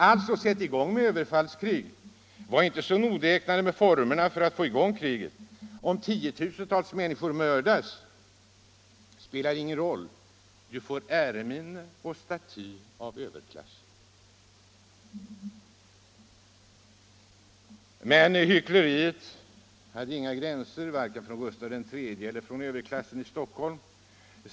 Alltså, sätt i gång med krigsöverfall! Var inte så nogräknade med formerna för att få i gång kriget! Om tiotusenden människor mördas spelar ingen roll; du får äreminne och staty av överklassen. Men hyckleriet hade inga gränser, varken hos Gustav III eller hos överklassen i Stockholm.